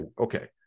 okay